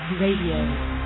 Radio